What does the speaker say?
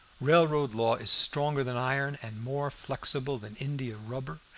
railroad law is stronger than iron and more flexible than india-rubber,